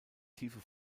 tiefe